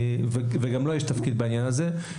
גם לייעוץ המשפטי יש תפקיד בעניין הזה.